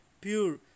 pure